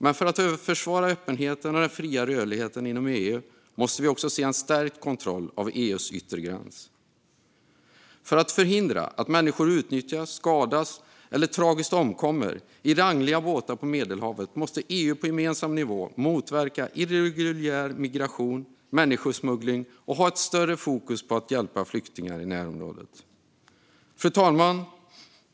Men för att försvara öppenheten och den fria rörligheten inom EU måste vi också se en stärkt kontroll av EU:s yttre gräns. För att förhindra att människor utnyttjas, skadas eller tragiskt omkommer i rangliga båtar på Medelhavet måste EU på gemensam nivå motverka irreguljär migration och människosmuggling och ha ett större fokus på att hjälpa flyktingar i närområdet. Fru talman!